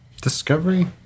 Discovery